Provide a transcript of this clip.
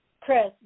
Chris